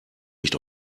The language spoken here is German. nicht